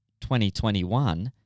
2021